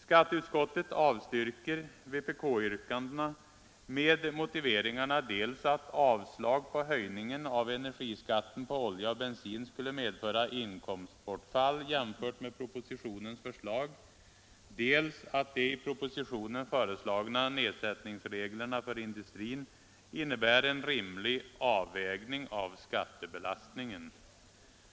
Skatteutskottet avstyrker vpk-yrkandena med motiveringarna dels att avslag på höjningen av energiskatten på olja och bensin skulle medföra inkomstbortfall jämfört med propositionens förslag, dels att de i propositionen föreslagna nedsättningsreglerna för industrin innebär en rimlig avvägning av skattebelastningen.